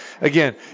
again